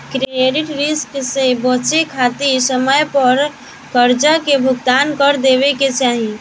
credit risk से बचे खातिर समय पर करजा के भुगतान कर देवे के चाही